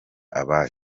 abayo